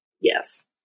Yes